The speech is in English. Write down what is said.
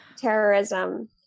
terrorism